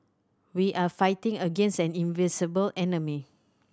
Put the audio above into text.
we are fighting against an invisible enemy